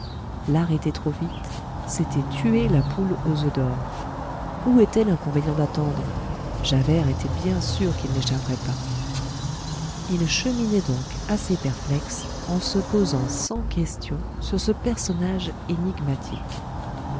l'arrêter trop vite c'était tuer la poule aux oeufs d'or où était l'inconvénient d'attendre javert était bien sûr qu'il n'échapperait pas il cheminait donc assez perplexe en se posant cent questions sur ce personnage énigmatique